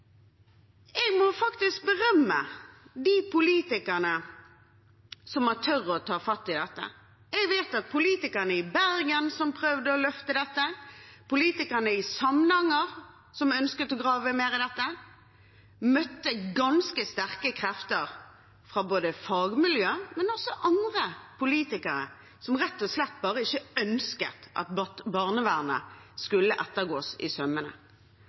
Jeg må berømme de politikerne som har turt å ta fatt i dette. Jeg vet at politikerne i Bergen som prøvde å løfte fram dette, politikerne i Samnanger som ønsket å grave mer i dette, møtte ganske sterke krefter fra fagmiljøet og også fra andre politikere som rett og slett bare ikke ønsket at barnevernet skulle bli gått etter i sømmene.